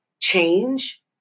change